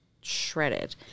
shredded